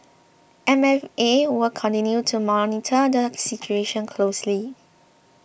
M F A will continue to monitor the situation closely